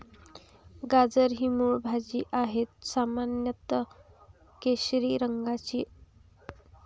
गाजर ही मूळ भाजी आहे, सामान्यत केशरी रंगाची